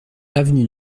avenue